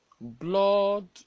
Blood